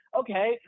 okay